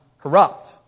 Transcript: corrupt